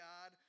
God